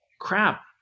crap